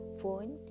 phone